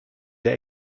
der